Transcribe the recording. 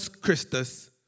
Christus